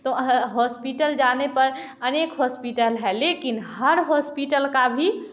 तो वहाँ होस्पिटल जाने पर अनेक होस्पिटल है लेकिन हर होस्पिटल का भी